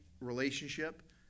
relationship